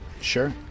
Sure